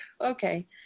Okay